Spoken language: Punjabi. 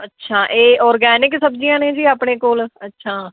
ਅੱਛਾ ਇਹ ਔਰਗੈਨਿਕ ਸਬਜ਼ੀਆਂ ਨੇ ਜੀ ਆਪਣੇ ਕੋਲ ਅੱਛਾ